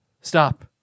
Stop